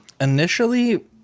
initially